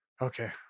okay